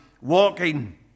walking